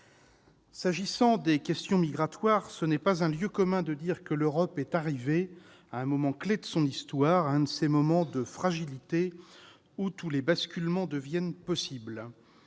S'agissant des questions migratoires, ce n'est pas un lieu commun que de dire que l'Europe est arrivée à un moment clé de son histoire, l'un de ces moments de fragilité où tous les basculements deviennent possibles.